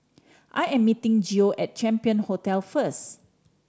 I am meeting Geo at Champion Hotel first